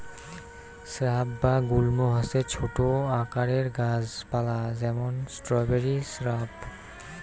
shrub বা গুল্ম হসে ছোট আকারের গাছ পালা যেমন স্ট্রবেরি স্রাব